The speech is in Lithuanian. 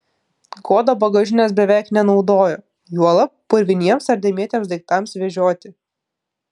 goda bagažinės beveik nenaudojo juolab purviniems ar dėmėtiems daiktams vežioti